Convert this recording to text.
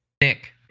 Nick